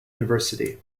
university